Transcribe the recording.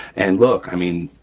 and, look, i mean,